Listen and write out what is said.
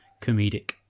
comedic